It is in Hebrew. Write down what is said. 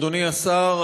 אדוני השר,